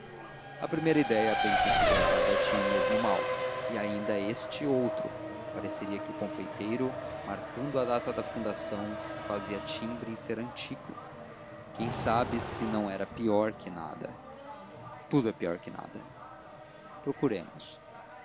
a primeira ideia bem considerada tinha o mesmo mal e ainda este outro pareceria que o confeiteiro marcando a data da fundação fazia timbre em ser antigo quem sabe se não era pior que nada tudo é pior que nada procuremos